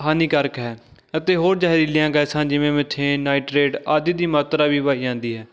ਹਾਨੀਕਾਰਕ ਹੈ ਅਤੇ ਹੋਰ ਜ਼ਹਿਰੀਲੀਆਂ ਗੈਸਾਂ ਜਿਵੇਂ ਮੀਥੇਨ ਨਾਈਟਰੇਟ ਆਦਿ ਦੀ ਮਾਤਰਾ ਵੀ ਪਾਈ ਜਾਂਦੀ ਹੈ